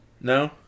No